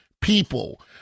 people